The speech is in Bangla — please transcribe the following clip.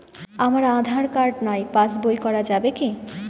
আমার আঁধার কার্ড নাই পাস বই করা যাবে কি?